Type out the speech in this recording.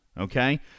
Okay